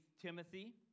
Timothy